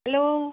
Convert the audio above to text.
hello